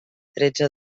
tretze